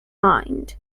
mind